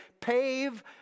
pave